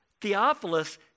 Theophilus